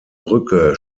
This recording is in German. brücke